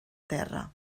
terra